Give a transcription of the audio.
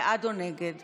ע'דיר כמאל מריח,